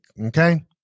okay